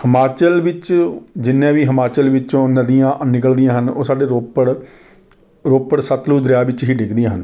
ਹਿਮਾਚਲ ਵਿੱਚ ਜਿੰਨੇ ਵੀ ਹਿਮਾਚਲ ਵਿੱਚੋਂ ਅ ਨਦੀਆਂ ਨਿਕਲਦੀਆਂ ਹਨ ਉਹ ਸਾਡੇ ਰੋਪੜ ਰੋਪੜ ਸਤਲੁਜ ਦਰਿਆ ਵਿੱਚ ਹੀ ਡਿੱਗਦੀਆਂ ਹਨ